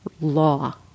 law